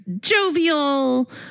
jovial